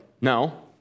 no